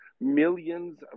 millions